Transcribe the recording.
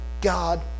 God